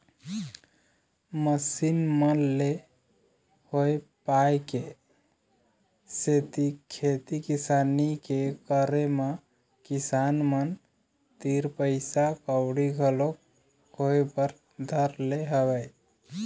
machine मन ले होय पाय के सेती खेती किसानी के करे म किसान मन तीर पइसा कउड़ी घलोक होय बर धर ले हवय